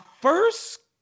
first